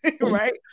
right